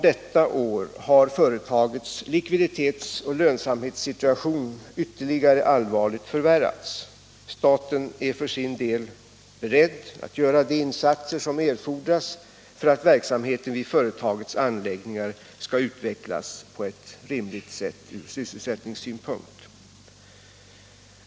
Detta år har företagets likviditetsoch lönsamhetssituation ytterligare allvarligt förvärrats. Staten är för sin del beredd att göra de insatser som erfordras för att verksamheten vid företagets anläggningar skall utvecklas på ett rimligt sätt från sysselsättningssynpunkt.